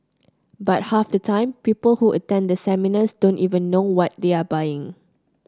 but half the time people who attend the seminars don't even know what they are buying